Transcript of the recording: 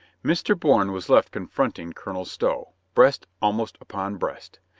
mr. bourne was left confronting colonel stow, breast almost upon breast.